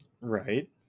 right